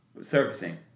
surfacing